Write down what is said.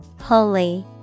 Holy